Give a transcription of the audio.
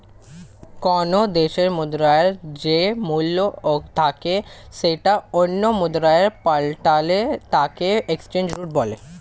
কোনো দেশের মুদ্রার যেই মূল্য থাকে সেটা অন্য মুদ্রায় পাল্টালে তাকে এক্সচেঞ্জ রেট বলে